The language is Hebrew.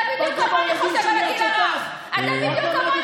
אתה חושב בדיוק כמוני